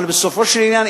אבל בסופו של עניין,